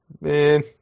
man